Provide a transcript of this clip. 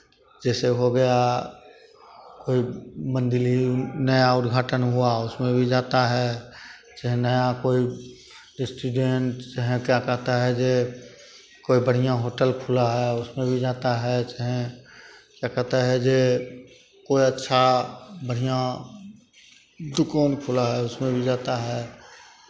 जैसे हो गया कोई मंडली नया उद्घाटन हुआ उसमें भी जाता है चाहे नया कोई रेस्टोरेंट चाहे क्या कहता है जे कोई बढ़ियाँ होटल खुला है उसमें भी जाता है चाहे क्या कहता है जे कोई अच्छा बढ़ियाँ दुकान खुला है उसमें भी जाता है